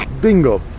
bingo